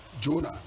jonah